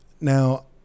Now